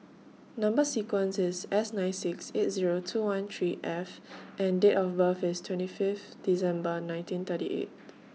Number sequence IS S nine six eight Zero two one three F and Date of birth IS twenty Fifth December nineteen thirty eight